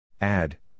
Add